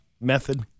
method